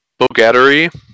Bogattery